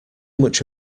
much